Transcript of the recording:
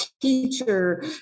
teacher